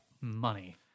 money